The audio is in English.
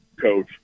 coach